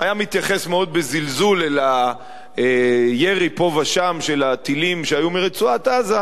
היה מתייחס מאוד בזלזול אל הירי פה ושם של הטילים מרצועת-עזה,